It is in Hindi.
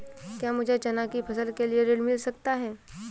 क्या मुझे चना की फसल के लिए ऋण मिल सकता है?